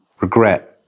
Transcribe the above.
regret